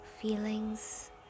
feelings